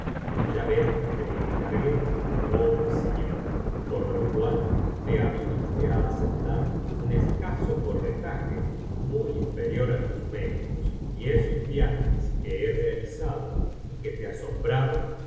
cuya venta te encargué oh mi señor por lo cual te aviniste á aceptar un escaso corretaje muy inferior á tus méritos y esos viajes que he realizado y que te asombraban